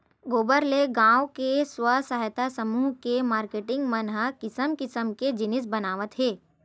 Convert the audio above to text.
गोबर ले गाँव के स्व सहायता समूह के मारकेटिंग मन ह किसम किसम के जिनिस बनावत हे